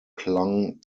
clung